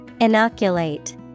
Inoculate